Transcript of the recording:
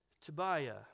Tobiah